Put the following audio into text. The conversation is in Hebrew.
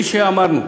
היא שאמרנו: